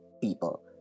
people